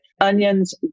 Onions